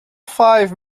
five